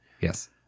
Yes